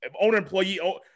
owner-employee